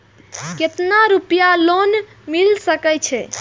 केतना रूपया लोन मिल सके छै?